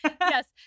Yes